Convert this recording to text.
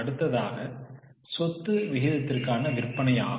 அடுத்ததாக சொத்து விகிதத்திற்கான விற்பனையாகும்